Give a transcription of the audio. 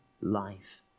life